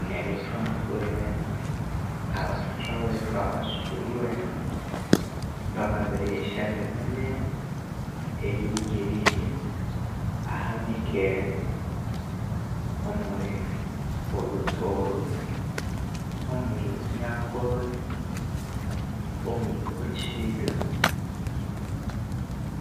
Neri thwamakulhira enu abathatha wethu, abasokulhu wethu bamabirigha esyo ndimi nene erilhugirirya ahabikere, omulhi olhutoro, olhunyankoree, omuli olhukiga,